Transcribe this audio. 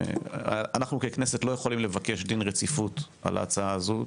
אנחנו ככנסת לא יכולים לבקש דין רציפות על ההצעה הזו.